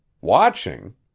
Watching